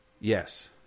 Yes